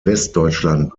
westdeutschland